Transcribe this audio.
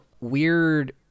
weird